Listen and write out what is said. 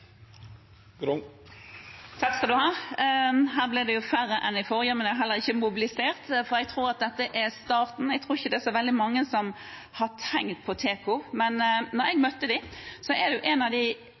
Det ble færre talere enn i den forrige interpellasjonen, men jeg har heller ikke mobilisert, for jeg tror at dette er starten. Jeg tror ikke det er så veldig mange som har tenkt på Teko. Jeg har møtt dem, og det var et av de mest framoverlente miljøene jeg